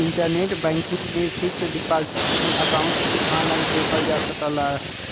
internet banking में fixed deposit loan account भी online देखल जा सकल जाला